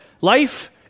life